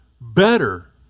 better